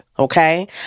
Okay